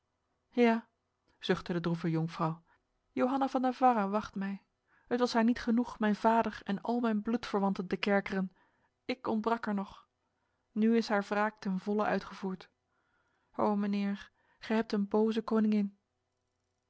ja zuchtte de droeve jonkvrouw johanna van navarra wacht mij het was haar niet genoeg mijn vader en al mijn bloedverwanten te kerkeren ik ontbrak er nog nu is haar wraak ten volle uitgevoerd o mijnheer gij hebt een boze koningin